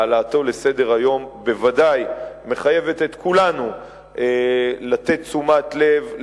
העלאתו לסדר-היום בוודאי מחייבת את כולנו לתת תשומת לב,